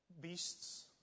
beasts